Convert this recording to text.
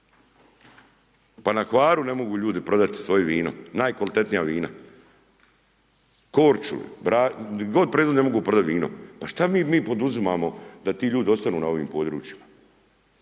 Pa na Hvaru ne mogu ljudi prodati svoje vino, najkvalitetnija vina, Korčuli, .../Govornik se ne razumije./... ne mogu prodat vino, pa šta mi poduzimamo da ti ljudi ostanu na ovim područjima?